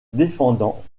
défendant